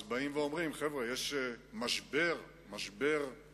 אז באים ואומרים: יש משבר כבד,